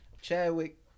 Chadwick